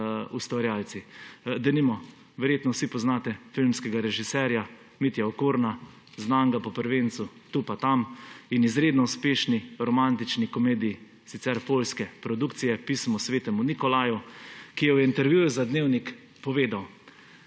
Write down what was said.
ustvarjalci. Verjetno vsi poznate filmskega režiserja Mitja Okorna, znanega po prvencu Tu pa tam in izredno uspešni romantični komediji, sicer poljske produkcije, Pisma Svetemu Nikolaju, ki je v intervjuju za Dnevnik povedal: